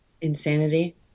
Insanity